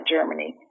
Germany